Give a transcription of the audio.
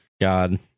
God